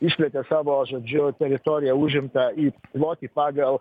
išplėtė savo žodžiu teritoriją užimtą į plotį pagal